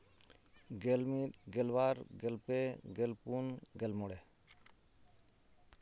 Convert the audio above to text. ᱜᱮᱞ ᱢᱤᱫ ᱜᱮᱞ ᱵᱟᱨ ᱜᱮᱞ ᱯᱮ ᱜᱮᱞ ᱯᱩᱱ ᱜᱮᱞ ᱢᱚᱬᱮ